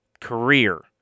career